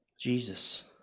Jesus